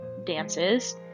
dances